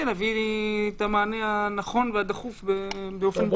להביא את המענה הנכון והדחוף באופן בהול.